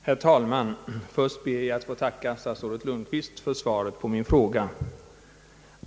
Herr talman! Först ber jag att få tacka statsrådet Lundkvist för svaret på min fråga.